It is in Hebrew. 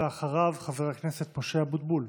אחריו, חבר הכנסת משה אבוטבול.